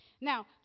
Now